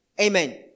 Amen